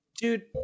dude